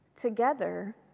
together